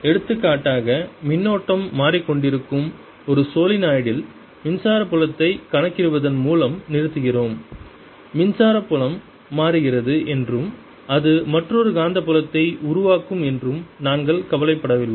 எடுத்துக்காட்டாக மின்னோட்டம் மாறிக்கொண்டிருக்கும் ஒரு சோலெனாய்டில் மின்சார புலத்தை கணக்கிடுவதன் மூலம் நிறுத்துகிறோம் மின்சார புலம் மாறுகிறது என்றும் அது மற்றொரு காந்தப்புலத்தை உருவாக்கும் என்றும் நாங்கள் கவலைப்படவில்லை